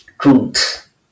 truth